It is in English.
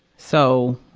so,